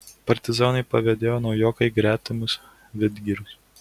partizanai pavedėjo naujoką į gretimus vidgirius